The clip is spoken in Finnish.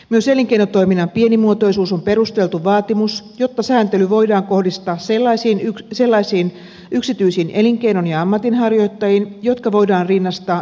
myös elinkeinotoiminnan pienimuotoisuus on perusteltu vaatimus jotta sääntely voidaan kohdistaa sellaisiin yksityisiin elinkeinon ja ammatinharjoittajiin jotka voidaan rinnastaa yksityishenkilöihin